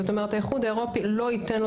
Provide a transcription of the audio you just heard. זאת אומרת האיחוד האירופי לא ייתן לו